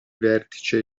vertice